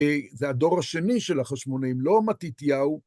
זה הדור השני של החשמונאים, לא מתיתיהו.